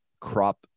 crop